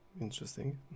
interesting